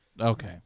Okay